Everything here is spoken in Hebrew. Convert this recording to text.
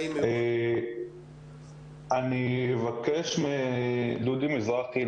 אני מבקש מדודי מזרחי,